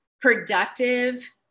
productive